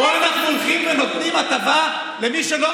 פה אנחנו הולכים ונותנים הטבה למי שלא